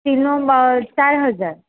સ્ટીલનો ચાર હજાર